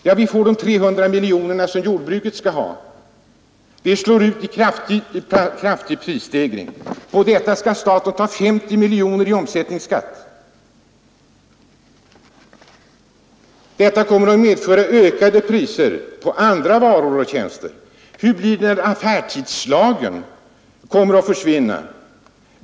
Jo, de 300 miljonerna som jordbruket skall ha kommer att slå igenom i en kraftig prishöjning. Och på det skall staten ta 50 miljoner i omsättningsskatt. Detta kommer att medföra ökade priser på andra varor och tjänster. Och hur blir det när affärstidslagen försvinner?